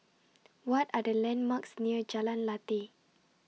What Are The landmarks near Jalan Lateh